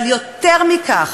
אבל יותר מכך,